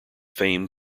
fame